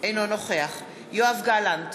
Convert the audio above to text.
אינו נוכח יואב גלנט,